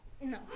No